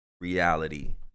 reality